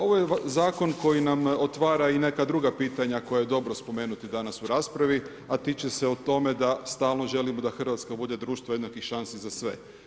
Ovo je zakon koji nam otvara i neka druga pitanja koja je dobro spomenuti danas u raspravi, a tiče se o tome da stalno želimo da Hrvatska bude društvo jednakih šansi za sve.